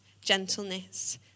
gentleness